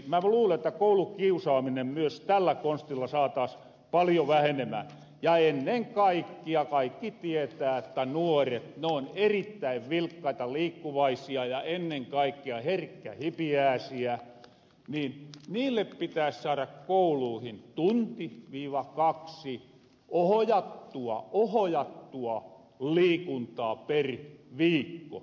mä luulen että koulukiusaaminen myös tällä konstilla saatas paljon vähenemään ja ennen kaikkea kaikki tietää että nuoret on erittäin vilkkaita liikkuvaisia ja ennen kaikkea herkkähipiääsiä niin niille pitäs saada kouluihin tunti kaksi ohojattua liikuntaa per viikko